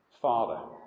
Father